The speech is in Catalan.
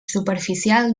superficial